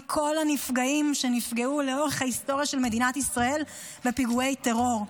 מכל הנפגעים שנפגעו לאורך ההיסטוריה של מדינת ישראל בפיגועי טרור.